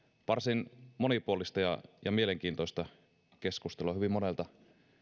varsin monipuolista ja ja mielenkiintoista keskustelua hyvin monelta